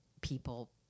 people